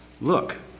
look